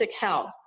health